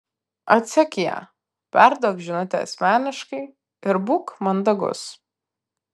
atsek ją perduok žinutę asmeniškai ir būk mandagus